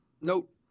Nope